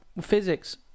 Physics